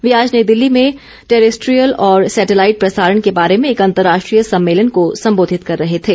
वे आज नई दिल्ली में टेरेस्ट्रीयल और सेटेलाइट प्रसारण के बारे में एक अंतर्राष्ट्रीय सम्मेलन को संबोधित कर रहे थे